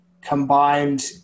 combined